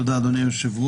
תודה, אדוני היושב-ראש.